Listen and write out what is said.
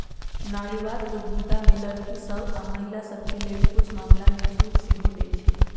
नारीवाद उद्यमिता में लइरकि सभ आऽ महिला सभके लेल कुछ मामलामें छूट सेहो देँइ छै